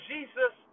Jesus